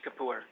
Kapoor